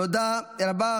תודה רבה.